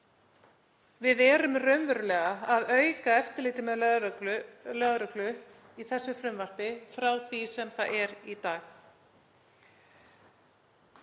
Við erum raunverulega að auka eftirlit með lögreglu í þessu frumvarpi frá því sem það er í dag.